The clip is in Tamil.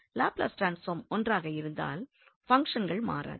லாப்லஸ் ட்ரான்ஸ்பார்ம் ஒன்றாக இருந்தால் பங்ஷன்கள் மாறாது